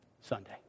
Sunday